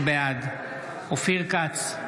בעד אופיר כץ,